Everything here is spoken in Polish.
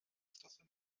stosem